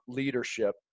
leadership